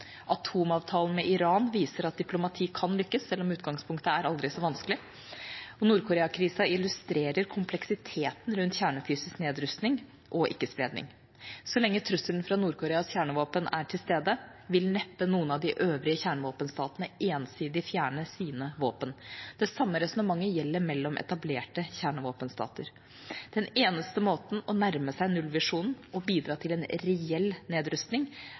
Atomavtalen med Iran viser at diplomati kan lykkes selv om utgangspunktet er aldri så vanskelig, og Nord-Korea-krisen illustrerer kompleksiteten rundt kjernefysisk nedrustning og ikke-spredning. Så lenge trusselen fra Nord-Koreas kjernevåpen er til stede, vil neppe noen av de øvrige kjernevåpenstatene ensidig fjerne sine våpen. Det samme resonnementet gjelder mellom etablerte kjernevåpenstater. Den eneste måten å nærme seg nullvisjonen og bidra til en reell nedrustning